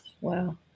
Wow